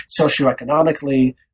socioeconomically